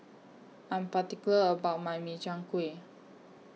I'm particular about My Min Chiang Kueh